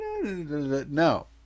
no